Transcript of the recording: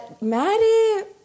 maddie